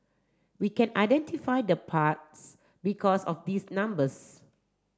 we can identify the parts because of these numbers